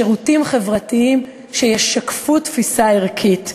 שירותים חברתיים שישקפו תפיסה ערכית.